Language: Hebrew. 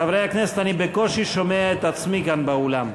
חברי הכנסת, אני בקושי שומע את עצמי כאן, באולם.